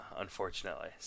unfortunately